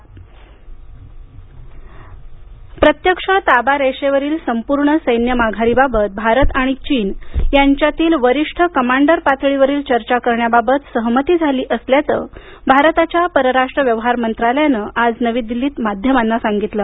चीन एमईए प्रत्यक्ष ताबारेषेवरील संपूर्ण सैन्य माघारी बाबत भारत आणि चीन यांच्यातील वरिष्ठ कमांडर पातळीवरील चर्चा करण्याबाबत सहमती झाली असल्याचं भारताच्या पराराष्ट्र व्यवहार मंत्रालयानं आज नवी दिल्लीत माध्यमांना सांगितलं